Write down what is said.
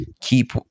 keep